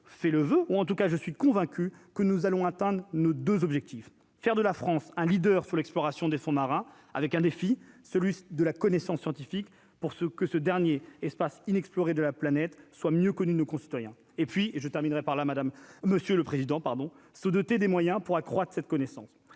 fais le voeu ou en tout cas je suis convaincu que nous allons atteindre nos 2 objectifs : faire de la France un leader sur l'exploration des fonds marins avec un défi, celui de la connaissance scientifique pour ce que ce dernier espace inexplorée de la planète, soit mieux que nous, nos concitoyens et puis je terminerai par là, madame, monsieur le président, pardon sous-dotés des moyens pour accroître cette connaissance,